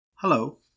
Hello